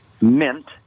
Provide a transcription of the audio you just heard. mint